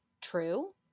true